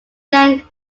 then